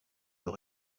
veut